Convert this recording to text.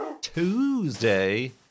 Tuesday